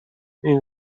این